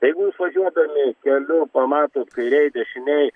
jeigu jūs važiuodami keliu pamatot kairėj dešinėj